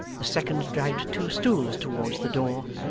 the second dragged two stools towards the door,